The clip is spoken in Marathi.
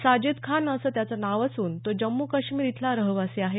साजिद खान असं त्याचं नाव असून तो जम्मू काश्मीर इथला रहिवासी आहे